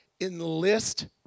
enlist